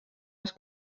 les